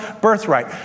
birthright